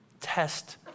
Test